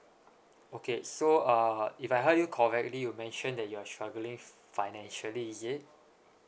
okay so uh if I heard you correctly you mention that you're struggling financially is it